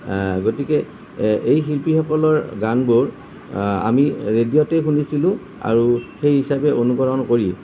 গতিকে এই শিল্পীসকলৰ গানবোৰ আমি ৰেডিঅ'তেই শুনিছিলোঁ আৰু সেই হিচাপে অনুকৰণ কৰি